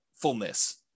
Fullness